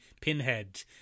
pinhead